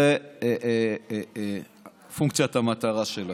זה פונקציית המטרה שלכם.